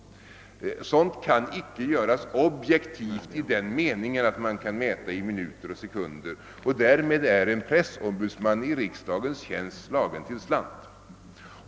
Sådant kan inte göras objektivt i den meningen att det kan mätas i minuter och sekunder. Därmed är en pressombudsman i riksdagens tjänst slagen till slant.